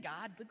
God